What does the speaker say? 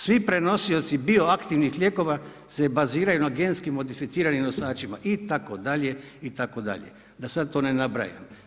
Svi prenosioci bio aktivnih lijekova se baziraju na genskim modificiranim nosačima, itd., itd. da sad to ne nabrajam.